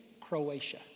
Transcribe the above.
Croatia